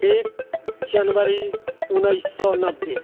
एक जनवरी उन्नैस सए नब्बे